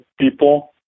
people